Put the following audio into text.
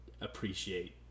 appreciate